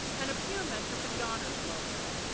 and a peer mentor for the honors program.